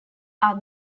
are